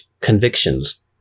convictions